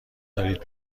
دارید